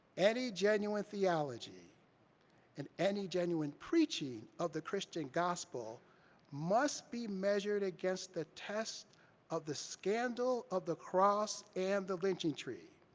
any genuine theology and any genuine preaching of the christian gospel must be measured against the test of the scandal of the cross and the lynching tree.